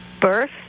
birth